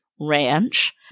ranch